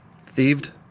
thieved